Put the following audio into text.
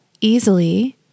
easily